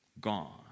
gone